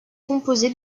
composé